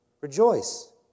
rejoice